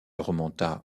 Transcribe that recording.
remonta